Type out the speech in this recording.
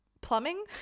Plumbing